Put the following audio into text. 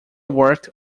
worked